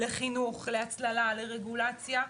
לחינוך, להסברה, לרגולציה,